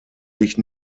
sich